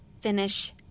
Finish